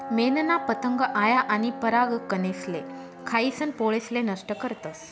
मेनना पतंग आया आनी परागकनेसले खायीसन पोळेसले नष्ट करतस